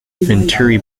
venturi